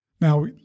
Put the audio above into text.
Now